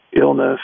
illness